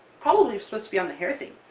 probably supposed to be on the hair thing!